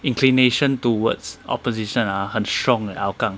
inclination towards opposition ah 很 strong 的 hougang